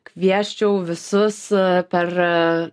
kviesčiau visus per